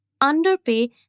underpay